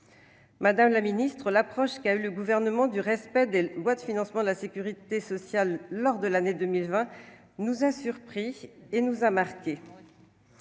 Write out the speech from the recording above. Madame la ministre, l'approche retenue par le Gouvernement sur les lois de financement de la sécurité sociale lors de l'année 2020 nous a surpris et marqués.